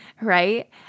right